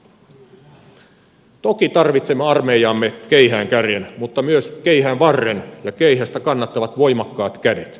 toki tarvitsemme armeijaamme keihäänkärjen mutta myös keihäänvarren ja keihästä kannattavat voimakkaat kädet